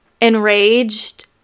enraged